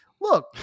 look